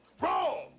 wrong